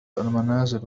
المنازل